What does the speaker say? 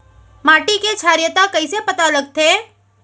माटी के क्षारीयता कइसे पता लगथे?